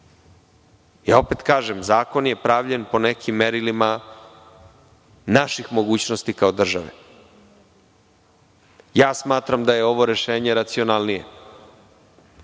Opet kažem, zakon je pravljen po nekim merilima naših mogućnosti kao države. Smatram, da je ovo rešenje racionalnije.